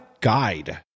guide